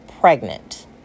pregnant